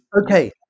okay